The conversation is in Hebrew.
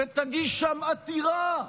ותגיש שם עתירה.